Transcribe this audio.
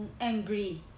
angry